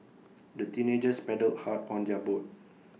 the teenagers paddled hard on their boat